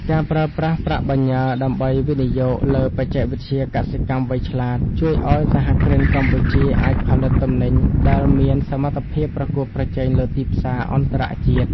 ការប្រើប្រាស់ប្រាក់បញ្ញើដើម្បីវិនិយោគលើ "បច្ចេកវិទ្យាកសិកម្មវៃឆ្លាត" ជួយឱ្យសហគ្រិនកម្ពុជាអាចផលិតទំនិញដែលមានសមត្ថភាពប្រកួតប្រជែងលើទីផ្សារអន្តរជាតិ។